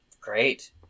Great